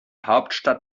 hauptstadt